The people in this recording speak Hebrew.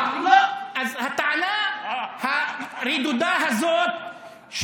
אז הטענה הרדודה הזאת,